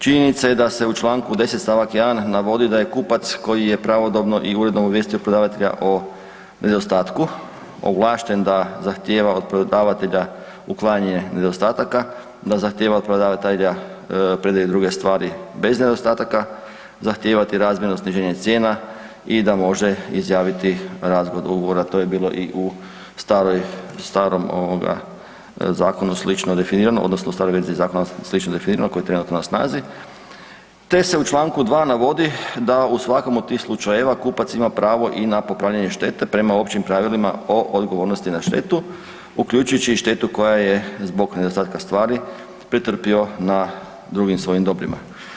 Činjenica je da se u čl. 10. st. 1. navodi da je kupac koji je pravodobno i uredno obavijestio prodavatelja o nedostatku ovlašten da zahtjeva od prodavatelja uklanjanje nedostataka, da zahtjeva od prodavatelja predaje druge stvari bez nedostataka, zahtijevati razmjerno sniženje cijena i da može izjaviti raskid ugovora, to je bilo i u staroj, starom ovoga zakonu slično definirano odnosno stari obvezni zakon slično definirano koji je trenutno na snazi, te se u čl. 2. navodi da u svakom od tih slučajeva kupac ima pravo i na popravljanje štete prema Općim pravilima o odgovornosti na štetu uključujući i štetu koja je zbog nedostatka stvari pretrpio na drugim svojim dobrima.